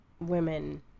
women